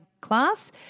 class